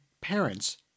parents